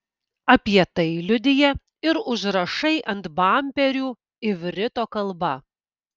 apie tai liudija ir užrašai ant bamperių ivrito kalba